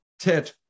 tet